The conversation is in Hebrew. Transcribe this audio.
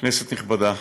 כנסת נכבדה,